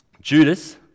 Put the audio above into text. Judas